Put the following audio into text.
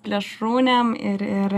plėšrūnėm ir ir